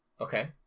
Okay